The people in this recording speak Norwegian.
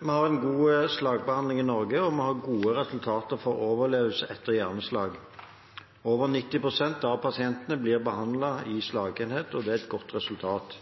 Vi har en god slagbehandling i Norge. Vi har gode resultater for overlevelse etter hjerneslag. Over 90 pst. av pasientene blir behandlet i slagenhet. Det er et godt resultat.